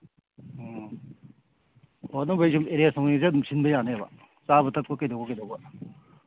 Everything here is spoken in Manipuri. ꯑꯣ ꯑꯣ ꯑꯗꯨꯡꯒꯩ ꯁꯨꯝ ꯑꯦꯔꯦꯟꯖ ꯅꯨꯡꯂꯤꯁꯨ ꯑꯗꯨꯝ ꯁꯤꯟꯕ ꯌꯥꯅꯤꯕ ꯆꯥꯕ ꯊꯛꯄ ꯀꯩꯗꯧꯕ ꯀꯩꯗꯧꯕ